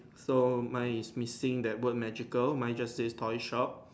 so mine is missing that word magical mine just say polish up